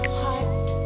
heart